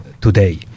today